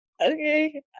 Okay